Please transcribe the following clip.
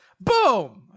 boom